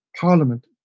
Parliament